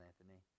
Anthony